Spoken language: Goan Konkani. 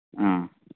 आ